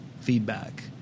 feedback